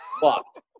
fucked